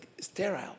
sterile